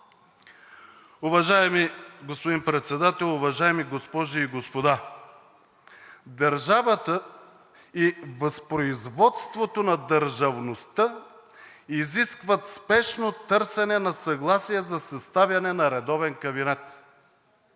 Уважаеми господин Председател, уважаеми госпожи и господа! Държавата и възпроизводството на държавността изискват спешно търсене на съгласие за съставяне на редовен кабинет.